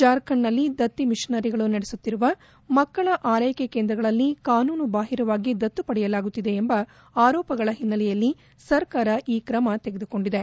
ಜಾರ್ಖಂಡ್ನಲ್ಲಿ ದತ್ತಿ ಮಿಷನರಿಗಳು ನಡೆಸುತ್ತಿರುವ ಮಕ್ಕಳ ಆರ್ಲೆಕೆ ಕೇಂದ್ರಗಳಲ್ಲಿ ಕಾನೂನುಬಾಹಿರವಾಗಿ ದತ್ತು ಪಡೆಯಲಾಗುತ್ತಿದೆ ಎಂಬ ಆರೋಪಗಳ ಹಿನ್ನೆಲೆಯಲ್ಲಿ ಸರ್ಕಾರ ಈ ಕ್ರಮ ತೆಗೆದುಕೊಂಡಿದೆ